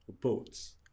boats